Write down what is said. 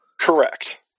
Correct